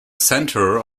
centre